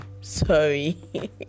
sorry